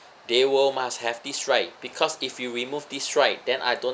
they will must have this right because if you remove this right then I don't